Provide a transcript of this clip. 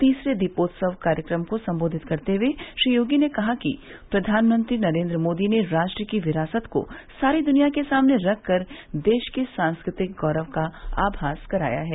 तीसरे दीपोत्सव कार्यक्रम को संबोधित करते हुए श्री योगी ने कहा कि प्रधानमंत्री नरेन्द्र मोदी ने राष्ट्र की विरासत को सारी दुनिया के सामने रख कर देश के सांस्कृतिक गौरव का आभास कराया है